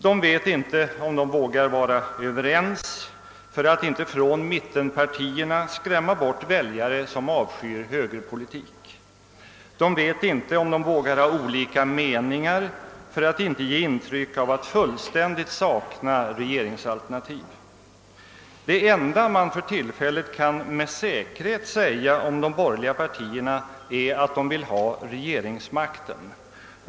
De vet inte om de vågar vara överens för att inte från mittenpartierna skrämma bort väljare som avskyr högerpolitik. De vet inte om de vågar ha olika meningar för att inte ge intryck av att fullständigt sakna regeringsalternativ. Det enda man för tillfället med säkerhet kan säga om de borgerliga partierna är att de vill ha regeringsmakten.